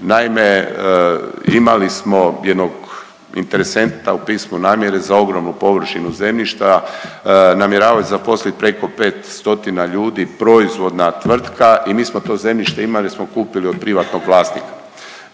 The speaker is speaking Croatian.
Naime, imali smo jednog interesenta u pismu namjere za ogromnu površinu zemljišta, namjeravaju zaposliti preko 500 ljudi, proizvodna tvrtka i mi smo to zemljište imali jer smo kupili od privatnog vlasnika.